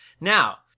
Now